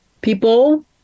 people